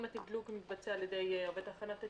אם התדלוק מתבצע על ידי עובד תחנת התדלוק,